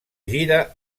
gira